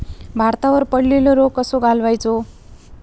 भातावर पडलेलो रोग कसो घालवायचो?